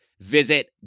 visit